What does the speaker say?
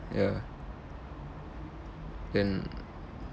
ya and